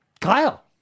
Kyle